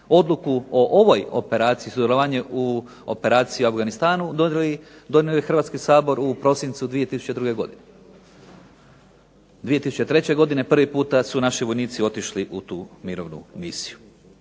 Odluku o ovoj operaciji, sudjelovanje u operaciji u Afganistanu donio je Hrvatski sabor u prosincu 2002. godine. 2003. godine prvi puta su naši vojnici otišli u tu mirovnu misiju.